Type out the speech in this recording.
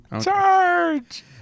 Charge